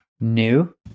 new